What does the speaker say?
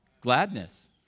Gladness